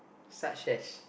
such as